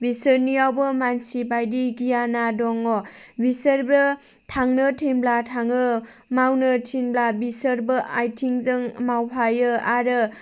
बिसोरनियावबो मानसिबायदि गियाना दङ बिसोरबो थांनो थिनब्ला थाङो मावनो थिनब्ला बिसोरबो आइथिंजों मावफायो आरो